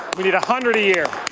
we need a hundred a year.